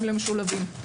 למשולבים.